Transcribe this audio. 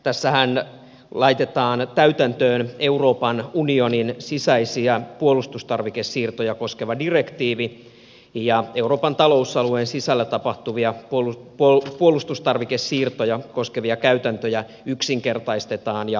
tässähän laitetaan täytäntöön euroopan unionin sisäisiä puolustustarvikesiirtoja koskeva direktiivi ja euroopan talousalueen sisällä tapahtuvia puolustustarvikesiirtoja koskevia käytäntöjä yksinkertaistetaan ja yhdenmukaistetaan